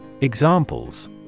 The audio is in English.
Examples